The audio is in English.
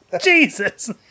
Jesus